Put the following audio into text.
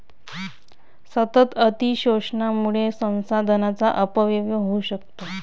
सतत अतिशोषणामुळे संसाधनांचा अपव्यय होऊ शकतो